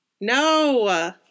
no